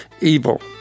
evil